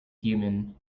human